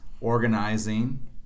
organizing